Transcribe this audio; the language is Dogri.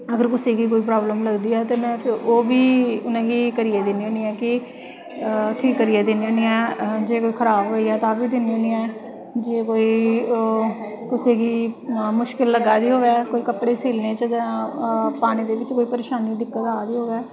अगर कुसै गी प्राब्लम लगदी ऐ ते में उ'नें गी ओह् बी करियै दिन्नी ऐं कि ठीक करियै दिन्नी होन्नी ऐं जे कोई खराब होई जाऽ तां बी दिन्नी होनी ऐं जे कोई कुसै गी मुश्कल लग्गा दी होऐ कपड़े सिलने च जां पाने दे बिच्च कोई दिक्कत परेशानी आ दी होऐ